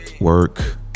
Work